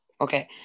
Okay